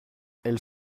elles